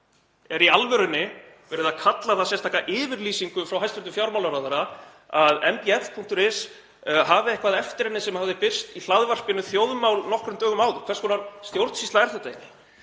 Er í alvörunni verið að kalla það sérstaka yfirlýsingu frá hæstv. fjármálaráðherra að mbl.is hafi eitthvað eftir henni sem hafði birst í hlaðvarpinu Þjóðmálum nokkrum dögum áður? Hvers konar stjórnsýsla er þetta